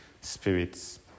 spirits